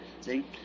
see